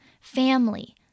family